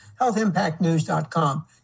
healthimpactnews.com